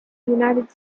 united